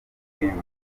kwimuka